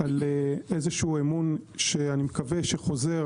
על אמון שאני מקווה שחוזר